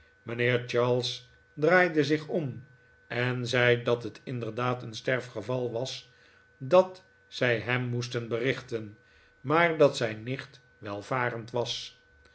mijnheer charles draaide zich om en zei dat het inderdaad een sterfgeval was dat zij hem moesten berichten maar dat zijn nicht welvarend was